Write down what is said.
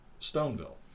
Stoneville